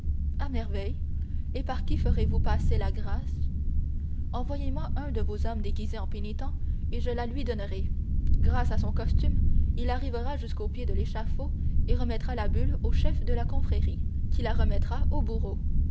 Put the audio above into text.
à merveille et par qui ferez-vous passer la grâce envoyez-moi un de vos hommes déguisé en pénitent et je la lui donnerai grâce à son costume il arrivera jusqu'au pied de l'échafaud et remettra la bulle au chef de la confrérie qui la remettra au bourreau